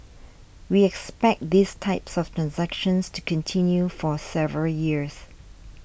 we expect these types of transactions to continue for several years